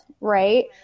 Right